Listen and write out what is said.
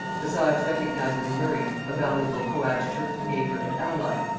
besides recognising in murray a valuable coadjutor, neighbour and ally,